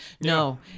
no